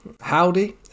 howdy